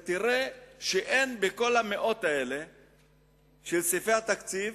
אתה תראה שאין בכל מאות סעיפי התקציב